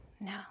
No